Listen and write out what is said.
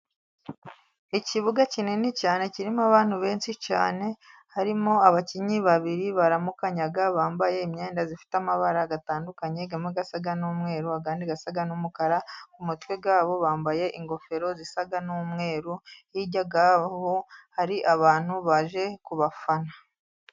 Ikibuga kinini cyane kirimo abantu benshi cyane. Harimo abakinnyi babiri baramukanya bambaye imyenda ifite amabara atandukanye, amwe asa n'umweru, ayandi asa n'umukara. Ku mutwe wabo bambaye ingofero zisa n'umweru, hirya yabo hari abantu baje kubafana.